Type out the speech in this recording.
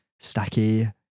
Stacky